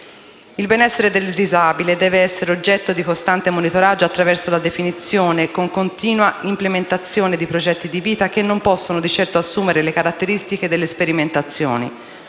Il benessere del disabile deve essere oggetto di costante monitoraggio attraverso la definizione, con continua implementazione, di progetti di vita che non possono di certo assumere le caratteristiche delle sperimentazioni.